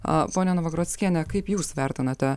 a pone novagrockiene kaip jūs vertinate